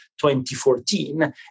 2014